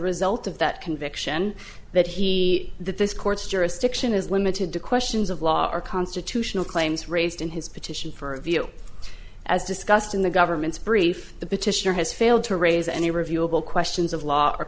result of that conviction that he that this court's jurisdiction is limited to questions of law or constitutional claims raised in his petition for a view as discussed in the government's brief the petitioner has failed to raise any reviewable questions of law or